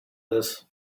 this